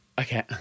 okay